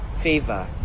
favor